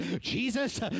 Jesus